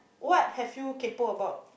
what have you kaypo about